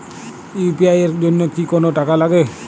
UPI এর জন্য কি কোনো টাকা লাগে?